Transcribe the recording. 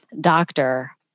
doctor